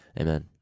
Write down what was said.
Amen